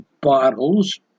bottles